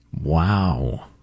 Wow